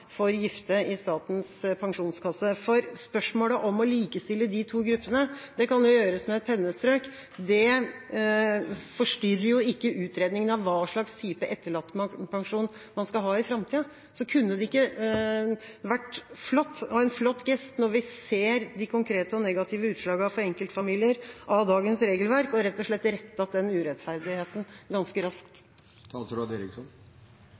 for gifte i Statens pensjonskasse. For spørsmålet om å likestille de to gruppene kan jo gjøres med et pennestrøk. Det forstyrrer ikke utredninga av hva slags type etterlattepensjon man skal ha i framtida. Kunne det ikke vært en flott gest når vi ser de konkrete og negative utslagene for enkeltfamilier av dagens regelverk, rett og slett å rette opp den urettferdigheten ganske raskt?